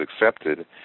accepted